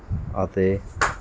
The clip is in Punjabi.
ਅਤੇ